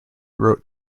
wrote